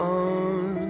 on